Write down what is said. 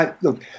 Look